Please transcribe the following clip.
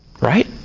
Right